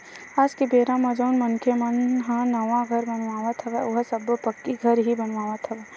आज के बेरा म जउन मनखे मन ह नवा घर बनावत हवय ओहा सब्बो पक्की घर ही बनावत हवय